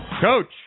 Coach